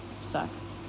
sucks